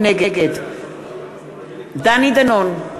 נגד דני דנון,